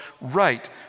right